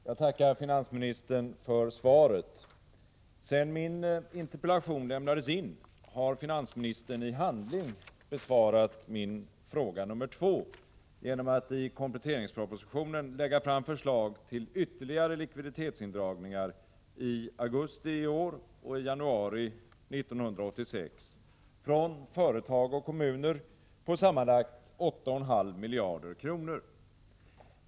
Fru talman! Jag tackar finansministern för svaret. Sedan min interpellation lämnades in har finansministern i handling besvarat min fråga nr 2 genom att i kompletteringspropositionen lägga fram förslag till ytterligare likviditetsindragningar i augusti i år och i januari 1986 från företag och kommuner på sammanlagt 8,5 miljarder kronor.